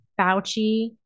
Fauci